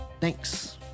Thanks